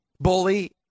Bully